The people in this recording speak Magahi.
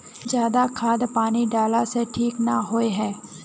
ज्यादा खाद पानी डाला से ठीक ना होए है?